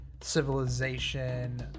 civilization